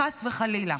חס וחלילה,